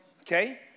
okay